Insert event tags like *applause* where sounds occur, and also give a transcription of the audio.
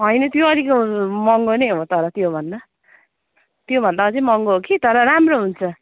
होइन त्यो अलिक *unintelligible* महँगो नै हो तर त्यो भन्दा त्यो भन्दा अझ महँगो हो कि तर राम्रो हुन्छ